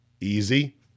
Easy